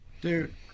Dude